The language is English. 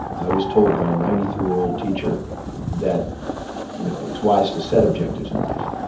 i was told by a ninety three year old teacher that you know it's wise to set objectives in life.